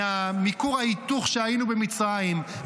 מכור ההיתוך שהיינו במצרים,